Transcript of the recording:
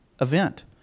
event